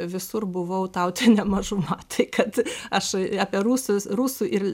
visur buvau tautinė mažuma tai kad aš apie rusus rusų ir